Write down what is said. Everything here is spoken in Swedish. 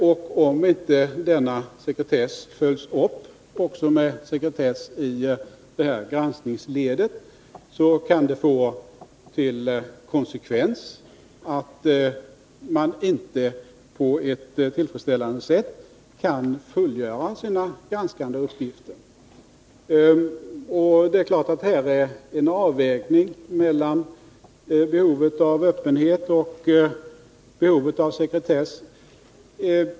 Om inte Onsdagen den denna sekretess följs upp med sekretess också i granskningsledet, kan det få 19 november 1980 till konsekvens att de granskande uppgifterna inte kan fullgöras på ett tillfredsställande sätt. Här är det naturligtvis fråga om en avvägning mellan Ändringar i sekbehovet av öppenhet och behovet av sekretess.